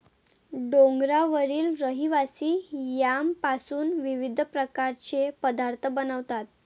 डोंगरावरील रहिवासी यामपासून विविध प्रकारचे पदार्थ बनवतात